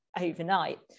overnight